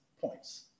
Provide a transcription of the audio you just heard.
points